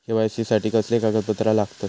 KYC साठी कसली कागदपत्र लागतत?